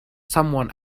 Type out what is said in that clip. someone